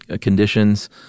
conditions